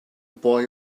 boy